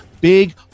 big